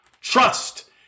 Trust